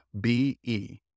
B-E